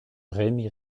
rémy